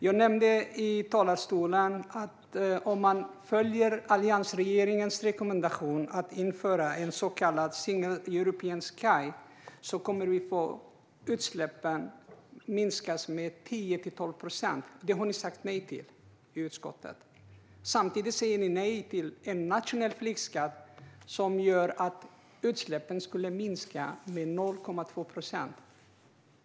Jag nämnde i talarstolen att om man följer alliansregeringens rekommendation om att införa en så kallad Single European Sky kommer utsläppen att minskas med 10-12 procent. Detta har regeringspartierna och Vänsterpartiet sagt nej till i utskottet, och därför har vi ett tillkännagivande till regeringen på denna punkt. Samtidigt säger ni ja till en nationell flygskatt som gör att utsläppen skulle minska med 0,2 procent.